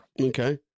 Okay